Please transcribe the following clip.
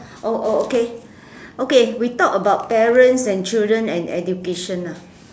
oh oh okay okay we talk about parents and children and education ah